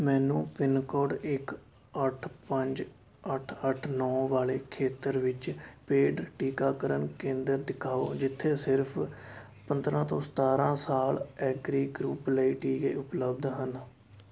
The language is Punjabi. ਮੈਨੂੰ ਪਿੰਨਕੋਡ ਇੱਕ ਅੱਠ ਪੰਜ ਅੱਠ ਅੱਠ ਨੌ ਵਾਲੇ ਖੇਤਰ ਵਿੱਚ ਪੇਡ ਟੀਕਾਕਰਨ ਕੇਂਦਰ ਦਿਖਾਓ ਜਿੱਥੇ ਸਿਰਫ਼ ਪੰਦਰ੍ਹਾਂ ਤੋਂ ਸਤਾਰ੍ਹਾਂ ਸਾਲ ਐਗਰੀ ਗਰੁੱਪ ਲਈ ਟੀਕੇ ਉਪਲਬਧ ਹਨ